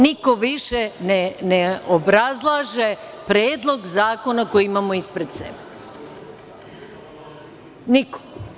Niko više ne obrazlaže predlog zakona koji imamo ispred sebe, niko.